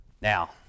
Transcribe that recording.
Now